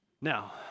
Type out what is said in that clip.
Now